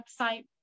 website